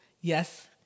Yes